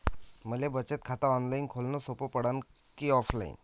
मले बचत खात ऑनलाईन खोलन सोपं पडन की ऑफलाईन?